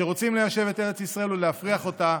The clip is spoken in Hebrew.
שרוצים ליישב את ארץ ישראל ולהפריח אותה,